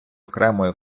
окремою